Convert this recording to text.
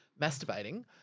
masturbating